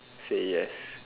say yes